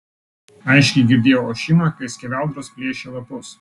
aiškiai girdėjau ošimą kai skeveldros plėšė lapus